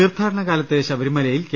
തീർത്ഥാടനകാലത്ത് ശബരിമലയിൽ കെ